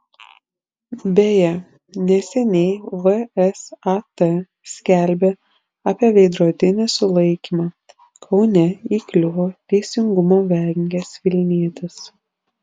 beje neseniai vsat skelbė apie veidrodinį sulaikymą kaune įkliuvo teisingumo vengęs vilnietis